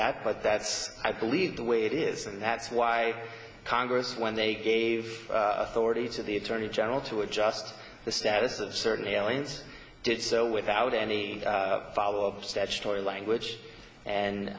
that but that's i believe the way it is and that's why congress when they gave authority to the attorney general to adjust the status of certain aliens did so without any follow up statutory language and